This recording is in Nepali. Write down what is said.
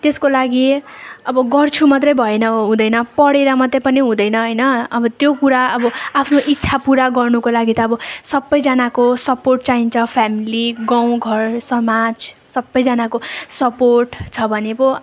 त्यसको लागि अब गर्छु मात्रै भएन हुँदैन पढेर मात्रै पनि हुँदैन होइन अब त्यो कुरा अब आफ्नो इच्छा पुरा गर्नुको लागि त अब सबैजनाको सपोर्ट चाहिन्छ फेमेली गाउँ घर समाज सबैजनाको सपोर्ट छ भने पो